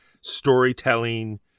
storytelling